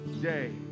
day